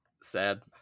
Sad